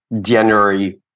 January